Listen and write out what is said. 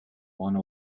one